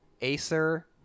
Acer